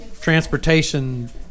transportation